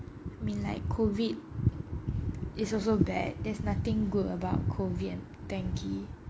mean like COVID is also bad there's nothing good about COVID and dengue